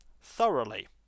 thoroughly